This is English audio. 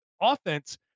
offense